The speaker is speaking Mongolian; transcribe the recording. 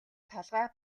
толгой